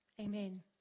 Amen